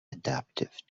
adaptive